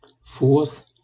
fourth